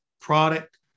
product